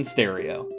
Stereo